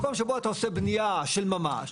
במקום שבו אתה עושה בנייה של ממש,